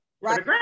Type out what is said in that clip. right